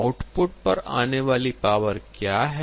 output पर आने वाली पावर क्या है